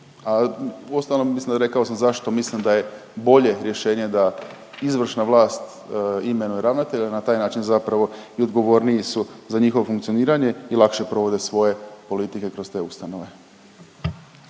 A uostalom, mislim da rekao sam zašto mislim da je bolje rješenje da izvršna vlas imenuje ravnatelja, na taj način zapravo i odgovorniji su za njihovo funkcioniranje i lakše provode svoje politike kroz te ustanove.